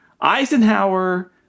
Eisenhower